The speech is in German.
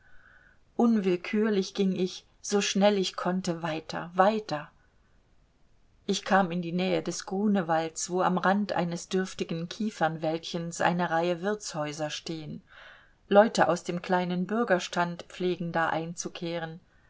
unwillkürlich ging ich so schnell ich konnte weiter weiter ich kam in die nähe des grunewalds wo am rand eines dürftigen kiefernwäldchens eine reihe wirtshäuser stehen leute aus dem kleinen bürgerstand pflegen da einzukehren